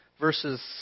verses